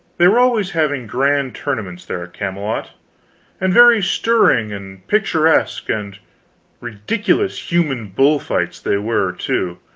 they were always having grand tournaments there at camelot and very stirring and picturesque and ridiculous human bull-fights they were, too,